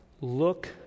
look